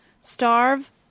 Starve